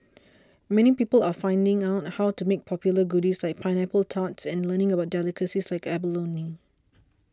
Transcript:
many people are finding out how to make popular goodies like pineapple tarts and learning about delicacies like abalone